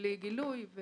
בלי גילוי,